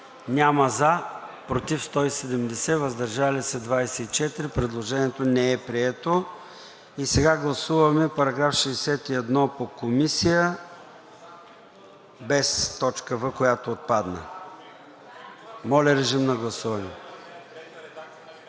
няма, против 170, въздържали се 24. Предложението не е прието. Гласуваме § 61 по Комисия без точка „в“, която отпадна. Моля, режим на гласуване.